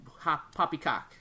poppycock